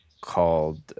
called